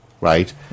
right